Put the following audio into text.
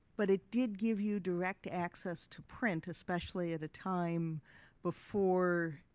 but it did give you direct access to print especially at a time before